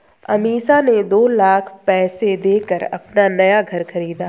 अमीषा ने दो लाख पैसे देकर अपना नया घर खरीदा